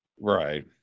Right